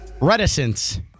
reticence